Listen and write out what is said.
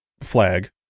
flag